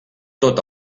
tot